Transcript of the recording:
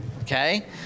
Okay